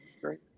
Great